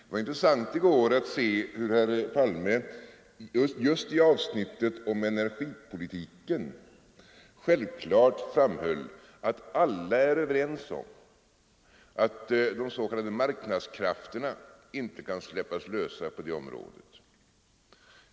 Det var intressant i går att höra hur herr Palme just i avsnittet om energipolitiken framhöll såsom självklart att alla är överens om att de s.k. marknadskrafterna inte kan släppas lösa på det här området.